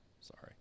Sorry